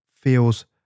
feels